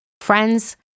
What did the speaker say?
friends